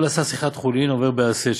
כל הסח שיחת חולין עובר בעשה,